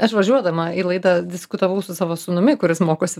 aš važiuodama į laidą diskutavau su savo sūnumi kuris mokosi